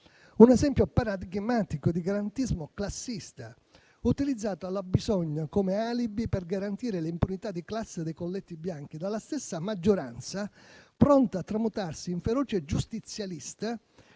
Un esempio paradigmatico di garantismo classista, utilizzato alla bisogna come alibi per garantire l'impunità di classe dei colletti bianchi dalla stessa maggioranza, pronta a tramutarsi in feroce giustizialista